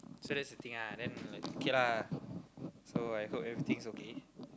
so that's the thing lah then like okay lah so I hope everything is okay